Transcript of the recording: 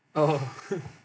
oh